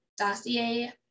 dossier